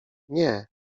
nie